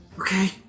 Okay